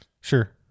sure